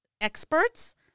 experts